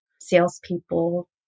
salespeople